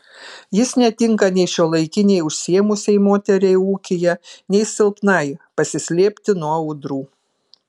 jis netinka nei šiuolaikinei užsiėmusiai moteriai ūkyje nei silpnai pasislėpti nuo audrų